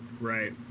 Right